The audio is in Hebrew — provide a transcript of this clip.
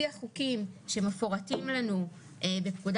זה כבר הקראנו בפעם